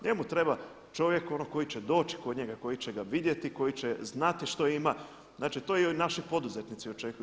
Njemu treba čovjek koji će doći kod njega, koji će ga vidjeti, koji će znati što ima, znači to i naši poduzetnici očekuju.